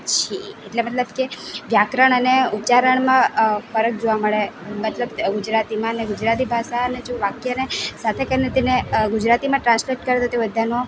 છે એટલે મતલબ કે વ્યાકરણ અને ઉચ્ચારણમાં ફરક જોવા મળે મતલબ ગુજરાતીમાં અને ગુજરાતી ભાષાને જો વાક્યને સાથે કરીને તેને ગુજરાતીમાં ટ્રાન્સલેટ કરી દે તે બધાનો